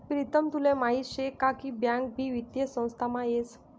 प्रीतम तुले माहीत शे का बँक भी वित्तीय संस्थामा येस